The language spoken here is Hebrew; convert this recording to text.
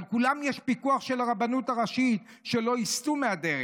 על כולם יש פיקוח של הרבנות הראשית שלא יסטו מהדרך.